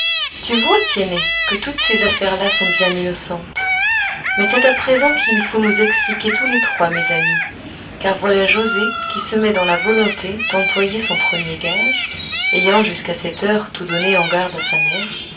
tu vois tiennet que toutes ces affaires-là sont bien innocentes mais c'est à présent qu'il faut nous expliquer tous les trois mes amis car voilà joset qui se met dans la volonté d'employer son premier gage